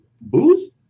booze